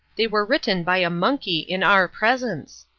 they were written by a monkey in our presence.